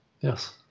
Yes